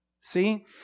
See